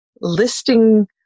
listing